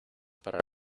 para